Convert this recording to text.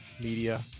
media